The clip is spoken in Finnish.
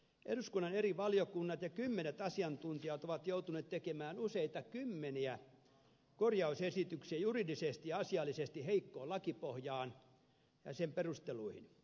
eduskunnan eri valiokunnat ja kymmenet asiantuntijat ovat joutuneet tekemään useita kymmeniä korjausesityksiä juridisesti ja asiallisesti heikkoon lakipohjaan ja sen perusteluihin